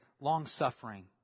long-suffering